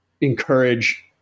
encourage